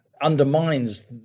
undermines